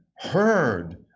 Heard